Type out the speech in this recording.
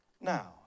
now